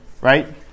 right